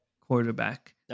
quarterback